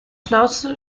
schnauze